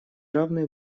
равные